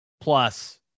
Plus